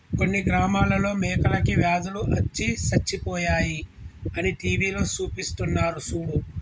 కొన్ని గ్రామాలలో మేకలకి వ్యాధులు అచ్చి సచ్చిపోయాయి అని టీవీలో సూపిస్తున్నారు సూడు